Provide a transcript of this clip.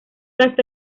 hasta